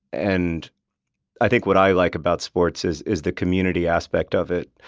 and i think what i like about sports is is the community aspect of it,